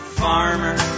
farmer